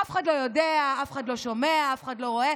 אף אחד לא יודע, אף אחד לא שומע, אף אחד לא רואה.